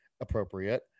appropriate